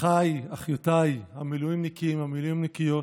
אחיי ואחיותיי המילואימניקים, המילואימניקיות,